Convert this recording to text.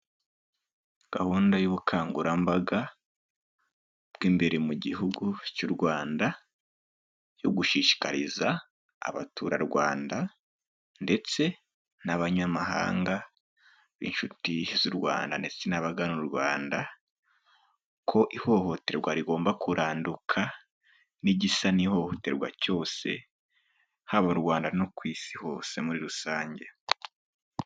Gahunda y'ubukangurambaga bw'imbere mu gihugu cy'u Rwanda, yo gushishikariza Abaturarwanda ndetse n'Abanyamahanga b'inshuti z'u Rwanda, ndetse n'abagana u Rwanda. Ko ihohoterwa rigomba kuranduka, n'igisa n'ihohoterwa cyose, haba Rwanda no ku Isi hose muri rusange.